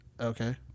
Okay